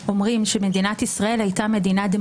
כשמישהו חוזר באופן עצמאי,